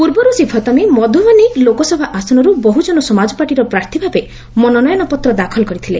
ପୂର୍ବରୁ ଶ୍ରୀ ଫତମୀ ମଧୁବନୀ ଲୋକସଭା ଆସନରୁ ବହୁଜନ ସମାଜ ପାର୍ଟିର ପ୍ରାର୍ଥୀ ଭାବେ ମନୋନୟନ ପତ୍ର ଦାଖଲ କରିଥିଲେ